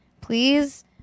please